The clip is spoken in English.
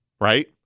right